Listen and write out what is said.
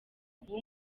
kuba